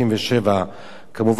כמובן אחרי הסכם אוסלו,